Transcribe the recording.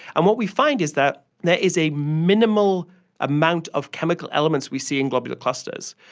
and what we find is that there is a minimal amount of chemical elements we see in globular clusters.